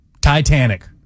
Titanic